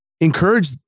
encourage